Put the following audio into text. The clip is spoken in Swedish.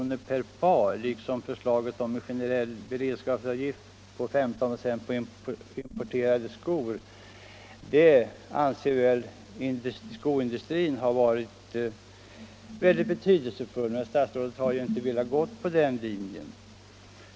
per par skor liksom förslaget om en generell importtull om 15 "+ på importerade skor skulle, anser givetvis skoindustrin, ha varit mycket betydelsefullt. Men statsrådet har inte velat gå på den linjen.